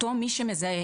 אותו מי שמזהה,